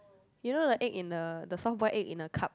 you know the egg in the the soft boiled egg in the cup